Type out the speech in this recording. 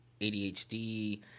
ADHD